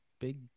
big